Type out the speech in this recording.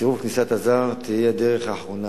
סירוב כניסת הזר תהיה הדרך האחרונה.